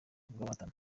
rw’abahatana